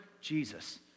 Jesus